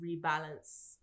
rebalance